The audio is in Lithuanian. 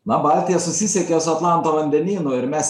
na baltija susisiekė su atlanto vandenynu ir mes